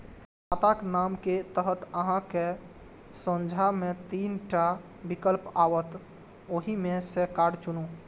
खाताक नाम के तहत अहांक सोझां मे तीन टा विकल्प आओत, ओइ मे सं कार्ड चुनू